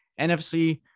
NFC